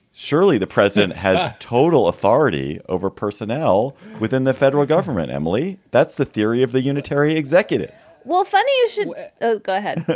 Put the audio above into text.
surely the president has total authority over personnel within the federal government. emily, that's the theory of the unitary executive well, funny. you should ah go ahead.